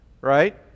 right